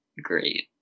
great